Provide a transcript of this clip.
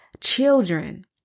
children